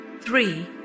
three